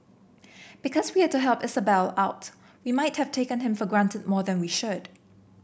because we had to help Isabelle out we might have taken him for granted more than we should